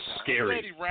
scary